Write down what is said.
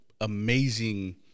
amazing